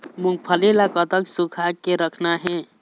मूंगफली ला कतक सूखा के रखना हे?